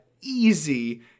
easy